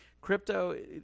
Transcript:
Crypto